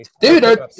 Dude